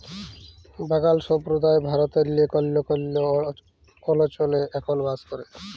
বাগাল সম্প্রদায় ভারতেল্লে কল্হ কল্হ অলচলে এখল বাস ক্যরে